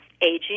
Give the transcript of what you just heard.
aging